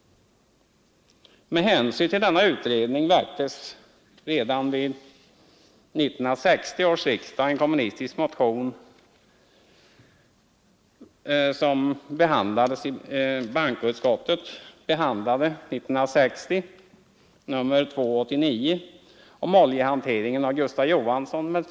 Med hänvisning till denna utredning väcktes vid 1960 års riksdag en kommunistisk motion av Gustav Johansson m.fl. om utredning i syfte att skapa en statlig svensk petrokemisk industri.